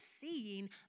seeing